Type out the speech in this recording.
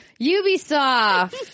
Ubisoft